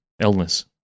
illness